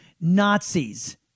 Nazis